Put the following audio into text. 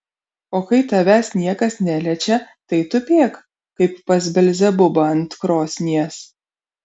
o kai tavęs niekas neliečia tai tupėk kaip pas belzebubą ant krosnies